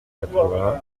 quatre